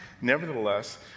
Nevertheless